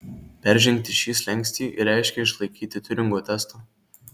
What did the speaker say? peržengti šį slenkstį ir reiškė išlaikyti tiuringo testą